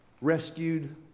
rescued